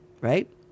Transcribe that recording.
Right